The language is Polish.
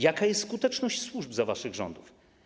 Jaka jest skuteczność służb za waszych rządów?